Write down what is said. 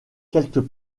quelques